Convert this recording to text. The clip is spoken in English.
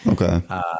okay